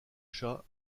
chats